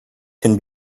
can